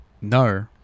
No